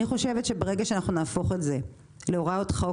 ברגע שנהפוך את זה להוראת חוק,